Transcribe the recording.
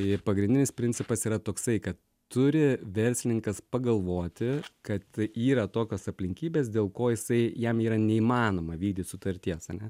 ir pagrindinis principas yra toksai kad turi verslininkas pagalvoti kad yra tokios aplinkybės dėl ko jisai jam yra neįmanoma vykdyt sutarties ane